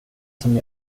som